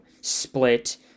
split